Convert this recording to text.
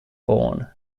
born